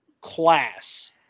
class